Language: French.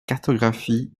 cartographie